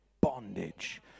bondage